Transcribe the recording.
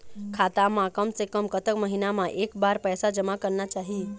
खाता मा कम से कम कतक महीना मा एक बार पैसा जमा करना चाही?